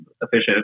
efficient